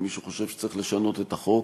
אם מישהו חושב שצריך לשנות את החוק,